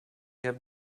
have